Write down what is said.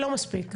לא מספיק.